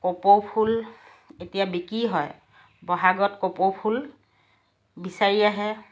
কপৌফুল এতিয়া বিক্ৰী হয় বহাগত কপৌফুল বিচাৰি আহে